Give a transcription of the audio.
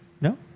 No